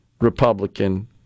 Republican